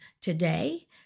today